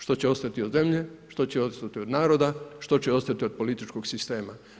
Što će ostati od zemlje, što će ostati od naroda, što će ostati od političkog sistema.